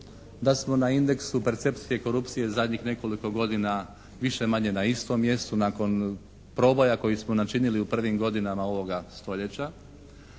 da smo na indeksu percepcije korupcije zadnjih nekoliko godina više-manje na istom mjestu nakon proboja koji smo načinili u prvim godinama ovoga stoljeća.